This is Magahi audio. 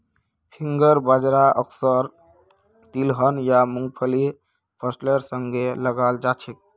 फिंगर बाजरा अक्सर तिलहन या मुंगफलीर फसलेर संगे लगाल जाछेक